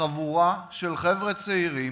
חבורה של חבר'ה צעירים